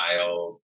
child